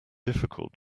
difficult